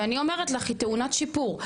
ואני אומרת לך שהיא טעונת שיפור.